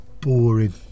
Boring